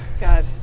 God